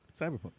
Cyberpunk